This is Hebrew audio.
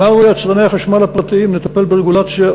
אמרנו ליצרני החשמל הפרטיים: נטפל ברגולציה,